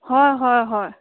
হয় হয় হয়